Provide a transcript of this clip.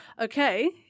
Okay